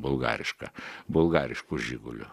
bulgariška bulgarišku žiguliu